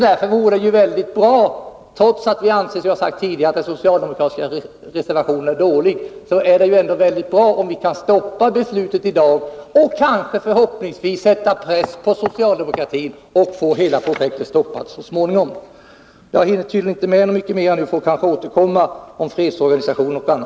Därför vore det mycket bra — trots att vi anser att den socialdemokratiska reservationen är dålig — om vi kunde stoppa beslutet i dag och förhoppningsvis sätta press på socialdemokratin och få hela projektet stoppat så småningom. Jag hinner inte med mera nu, och jag får därfär återkomma om fredsorganisationen m.m.